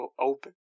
open